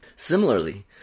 Similarly